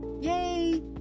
yay